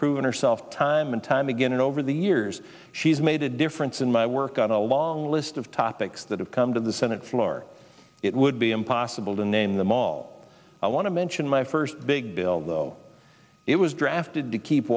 proven herself time and time again over the years she's made a difference in my work on a long list of topics that have come to the senate floor it would be impossible to name them all i want to mention my first big bill though it was drafted to keep